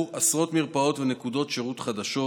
עשרות מרפאות ונקודות שירות חדשות,